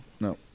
No